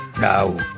No